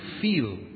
feel